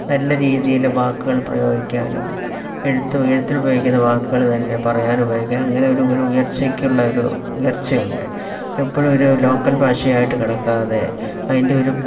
നല്ല രീതിയില് വാക്കുകൾ പ്രയോഗിക്കാനും എഴുത്ത് എഴുത്തിന് ഉപയോഗിക്കുന്ന വാക്കുകൾ തന്നെ പറയാനും ഉപയോഗിക്കാം അങ്ങനെയൊരു ഒരു ഉയർച്ചക്കുള്ള ഒരു ഉയർച്ച ഉണ്ട് എപ്പഴും ഒരു ലോക്കൽ ഭാഷയായിട്ട് കിടക്കാതെ അതിൻ്റെ ഒരു